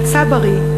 הצברי,